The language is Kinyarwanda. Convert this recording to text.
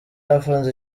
afunze